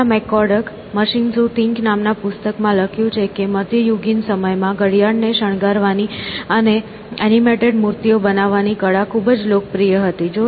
પામેલા મેકકોર્ડકે Machines Who Think નામના પુસ્તકમાં લખ્યું છે કે મધ્યયુગીન સમયમાં ઘડિયાળને શણગારવાની અને એનિમેટેડ મૂર્તિઓ બનાવવાની કળા ખૂબ જ લોકપ્રિય હતી